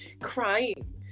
crying